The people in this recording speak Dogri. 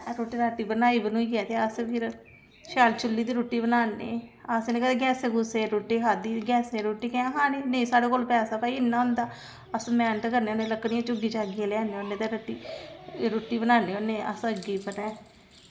अस रुट्टी बनाई बनुइयै ते अस फिर शैल चुल्ली दी रुट्टी बनान्ने असें निं भई कदें गैसे गूसै दी रुट्टी खाद्धी गैसे दी रुट्टी कि'यां खानी ना साढ़े कोल पैसा होंदा भई इन्ना होंदा अस मैह्नत करने होन्ने लक्कड़ियां चुग्गी चग्गियै लेआने होन्ने ते बनान्ने रुट्टी ते रुट्टी बनान्ने होन्ने अस अग्गी पर